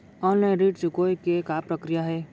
Online ऋण चुकोय के का प्रक्रिया हे?